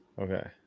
Okay